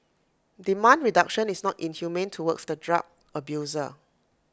demand reduction is not inhumane towards the drug abuser